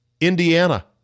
indiana